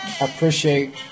appreciate